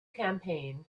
campaign